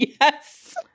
Yes